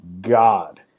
god